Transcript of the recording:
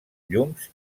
llums